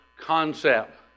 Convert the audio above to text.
concept